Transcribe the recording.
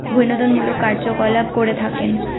বিনোদনমূলক কার্যকলাপ করে থাকেন